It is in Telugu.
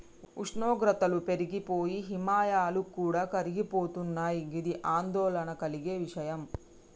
ఉష్ణోగ్రతలు పెరిగి పోయి హిమాయాలు కూడా కరిగిపోతున్నయి గిది ఆందోళన కలిగే విషయం